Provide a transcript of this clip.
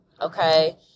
okay